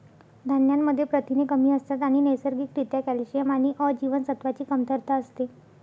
धान्यांमध्ये प्रथिने कमी असतात आणि नैसर्गिक रित्या कॅल्शियम आणि अ जीवनसत्वाची कमतरता असते